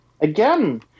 Again